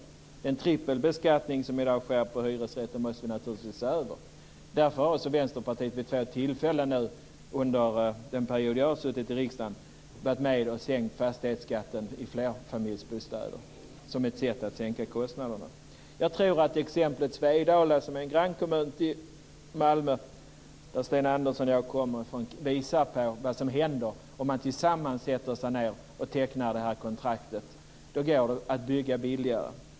Den trippelbeskattning som i dag sker på hyresrätter måste naturligtvis ses över. Därför har också Vänsterpartiet vid två tillfällen nu under den period jag har suttit i riksdagen varit med och sänkt fastighetsskatten för flerfamiljsbostäder som ett sätt att sänka kostnaderna. Jag tror att exemplet Svedala, som är en grannkommun till Malmö, som Sten Andersson och jag kommer från, visar vad som händer om man tillsammans sätter sig ned och tecknar det här kontraktet. Då går det att bygga billigare.